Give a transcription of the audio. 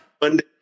Monday